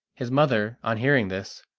his mother, on hearing this,